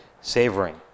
savoring